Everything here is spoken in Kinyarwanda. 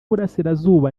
burasirazuba